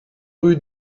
rue